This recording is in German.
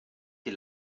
die